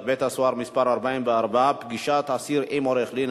בתי-הסוהר (מס' 44) (פגישת אסיר עם עורך-דין),